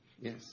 Yes